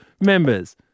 members